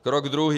Krok druhý.